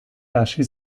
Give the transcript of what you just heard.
hasi